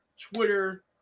Twitter –